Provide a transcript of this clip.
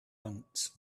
ants